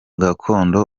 gakondo